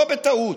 לא בטעות,